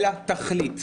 אלא תחליט.